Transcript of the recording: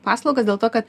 paslaugas dėl to kad